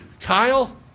Kyle